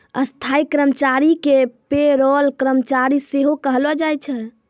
स्थायी कर्मचारी के पे रोल कर्मचारी सेहो कहलो जाय छै